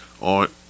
on